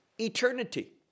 eternity